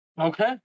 Okay